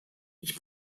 ich